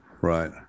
Right